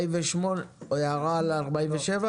הייעוץ המשפטי, רשות ניירות ערך.